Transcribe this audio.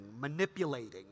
manipulating